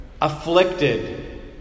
Afflicted